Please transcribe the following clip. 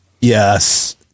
Yes